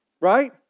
Right